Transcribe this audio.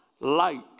light